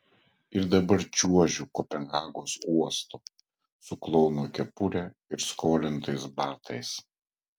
ir dabar čiuožiu kopenhagos uostu su klouno kepure ir skolintais batais